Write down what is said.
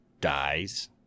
dies